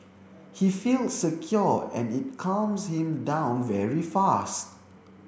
he feels secure and it calms him down very fast